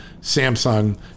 samsung